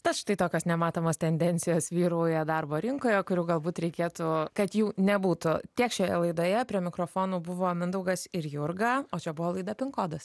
tad štai tokios nematomos tendencijos vyrauja darbo rinkoje kurių galbūt reikėtų kad jų nebūtų tiek šioje laidoje prie mikrofonų buvo mindaugas ir jurga o čia buvo laida pin kodas